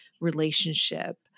relationship